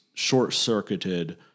short-circuited